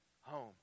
home